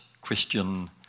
Christian